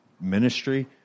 ministry